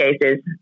cases